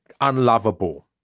unlovable